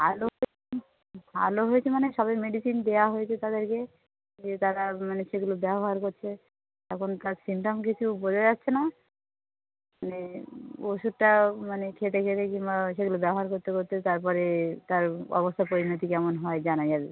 ভালো ভালো হয়েছে মানে সবে মেডিসিন দেওয়া হয়েছে তাদেরকে দিয়ে তারা মানে সেগুলো ব্যবহার করছে এখনকার সিম্পটম কিছু বোঝা যাচ্ছে না মানে ওষুধটা মানে খেতে খেতে কিংবা সেগুলো ব্যবহার করতে করতে তারপরে তার অবস্থা পরিণতি কেমন হয় জানা যাবে